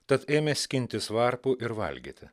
tad ėmė skintis varpų ir valgyti